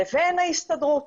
לבין ההסתדרות.